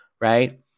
right